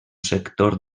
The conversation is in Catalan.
sector